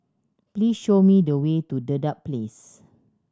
please show me the way to Dedap Place